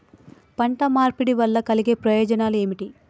పంట మార్పిడి వల్ల కలిగే ప్రయోజనాలు ఏమిటి?